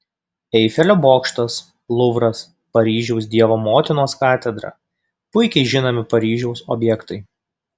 eifelio bokštas luvras paryžiaus dievo motinos katedra puikiai žinomi paryžiaus objektai